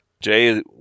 Jay